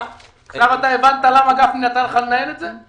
--- עכשיו אתה מבין למה גפני נתן לך לנהל את זה?